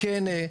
כן,